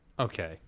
Okay